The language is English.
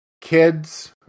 kids